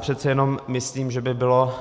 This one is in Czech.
Přece jenom si myslím, že by bylo